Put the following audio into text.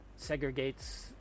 segregates